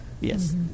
Yes